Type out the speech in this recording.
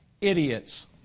Idiots